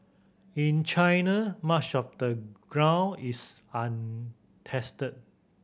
in China much of the ground is untested